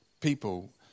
People